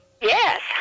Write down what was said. Yes